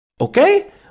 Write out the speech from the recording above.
okay